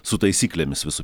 su taisyklėmis visų